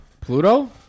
Pluto